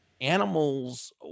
animals